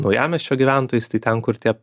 naujamiesčio gyventojus tai ten kur tie